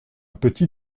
petit